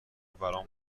برام